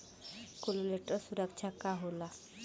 Collateral सुरक्षा का होला?